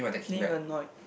then you annoyed